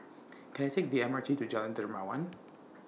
Can I Take The M R T to Jalan Dermawan